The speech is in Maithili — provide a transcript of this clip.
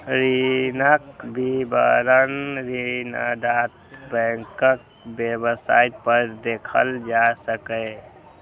ऋणक विवरण ऋणदाता बैंकक वेबसाइट पर देखल जा सकैए